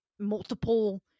multiple